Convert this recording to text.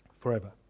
forever